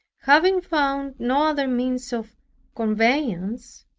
having found no other means of conveyance,